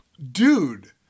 Dude